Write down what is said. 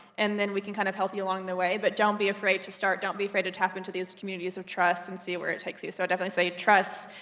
and then we can kind of help you along the way. but don't be afraid to start, don't be afraid to tap into these communities of trust and see where it takes you. so i'll definitely say trust,